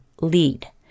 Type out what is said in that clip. lead